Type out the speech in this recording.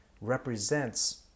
represents